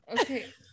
okay